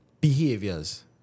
behaviors